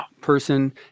person